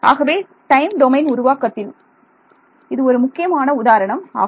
ஆகவே time domain உருவாக்கத்தில் இது ஒரு முக்கியமான உதாரணம் ஆகும்